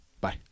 Bye